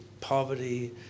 poverty